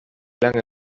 lange